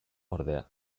ordea